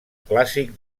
clàssic